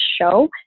show